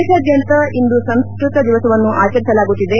ದೇಶಾದ್ಯಂತ ಇಂದು ಸಂಸ್ಕೃತ ದಿವಸವನ್ನು ಆಚರಿಸಲಾಗುತ್ತಿದೆ